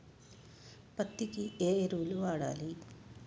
పత్తి కి ఏ ఎరువులు వాడాలి?